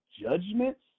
judgments